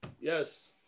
yes